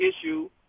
issue